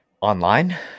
online